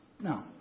No